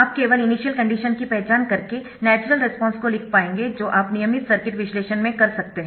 आप केवल initial condition की पहचान करके नैचरल रेस्पॉन्स को लिख पाएंगे जो आप नियमित सर्किट विश्लेषण में कर सकते है